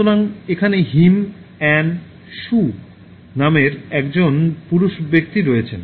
সুতরাং এখানে হিম "অ্যান" "শু নামের একজন পুরুষ ব্যক্তি আছেন